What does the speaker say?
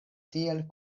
tiel